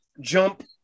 jump